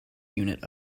unit